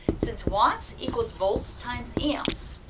since watts equals volts times amps,